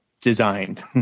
designed